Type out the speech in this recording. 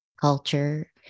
culture